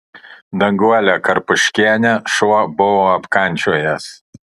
danguolę karpuškienę šuo buvo apkandžiojęs